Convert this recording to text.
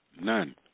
None